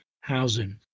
housing